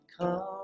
Come